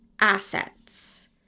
assets